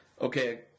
okay